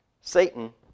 Satan